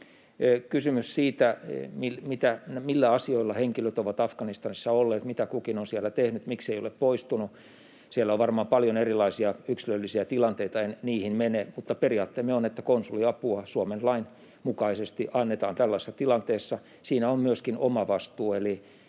Kysymys siitä, millä asioilla henkilöt ovat Afganistanissa olleet, mitä kukin on siellä tehnyt, miksi ei ole poistunut: Siellä on varmaan paljon erilaisia yksilöllisiä tilanteita, en niihin mene. Mutta periaatteemme on, että konsuliapua Suomen lain mukaisesti annetaan tällaisessa tilanteessa. Siinä on myöskin omavastuu,